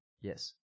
Yes